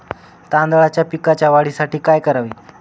तांदळाच्या पिकाच्या वाढीसाठी काय करावे?